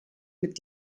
mit